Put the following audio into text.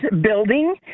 building